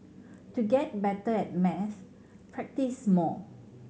to get better at maths practise more